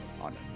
on